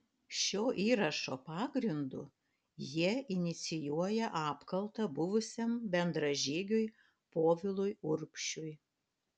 šio įrašo pagrindu jie inicijuoja apkaltą buvusiam bendražygiui povilui urbšiui